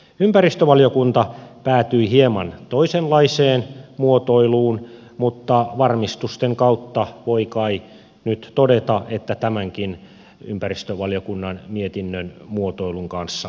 ympäristövaliokunta päätyi hieman toisenlaiseen muotoiluun mutta varmistusten kautta voi kai nyt todeta että tämänkin ympäristövaliokunnan mietinnön muotoilun kanssa pärjätään